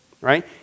Right